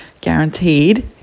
guaranteed